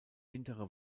hintere